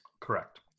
Correct